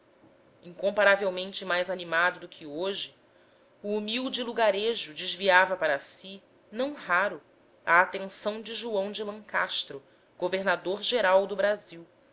incomparavelmente mais animado do que hoje o humilde lugarejo desviava para si não raro a atenção de joão de lencastre governador geral do brasil